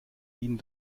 ihnen